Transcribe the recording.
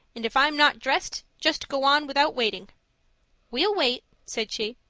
and if i'm not dressed, just go on without waiting we'll wait said she.